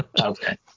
Okay